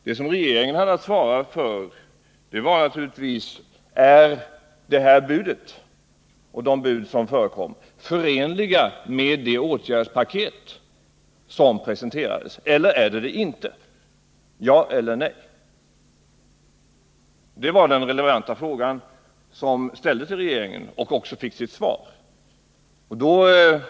Det som regeringen hade att svara för var naturligtvis denna fråga: Är buden förenliga med det åtgärdspaket som har presenterats? Ja eller nej? Det var den relevanta fråga som ställdes till regeringen och som också fick sitt svar beträffande en s.k. trevare från medlarna.